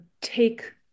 take